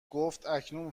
گفتاکنون